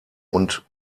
und